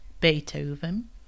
Beethoven